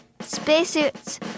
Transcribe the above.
Spacesuits